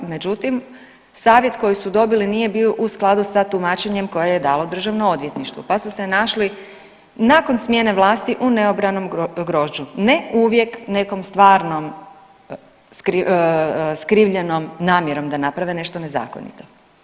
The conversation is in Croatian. Međutim, savjet koji su dobili nije bio u skladu sa tumačenjem koje je dalo Državno odvjetništvo, pa su se našli nakon smjene vlasti u neobranom grožđu ne uvijek u nekom stvarnom skrivljenom namjerom da naprave nešto nezakonito.